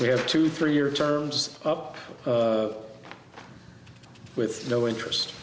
we have two three year terms up with no interest